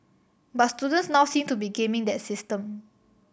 but students now seem to be gaming that system